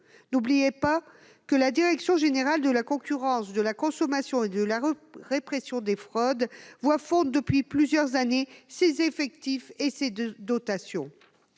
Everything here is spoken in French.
N'oublions pas que la direction générale de la concurrence, de la consommation et de la répression des fraudes voit fondre, depuis plusieurs années, ses effectifs et ses dotations.